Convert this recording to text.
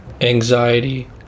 anxiety